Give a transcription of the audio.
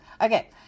okay